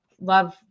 love